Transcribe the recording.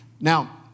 Now